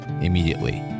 immediately